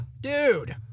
Dude